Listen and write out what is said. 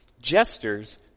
Jesters